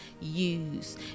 use